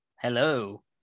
Hello